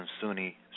Sunni